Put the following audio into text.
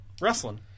Wrestling